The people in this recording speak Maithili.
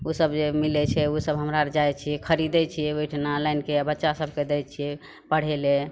ओसब जे मिलै छै ओसब हमरा आओर जाइ छिए खरिदै छिए ओहिठाम लाइनके बच्चा सभकेँ दै छिए पढ़ै ले